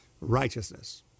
righteousness